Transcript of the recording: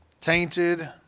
Tainted